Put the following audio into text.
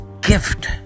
gift